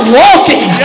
walking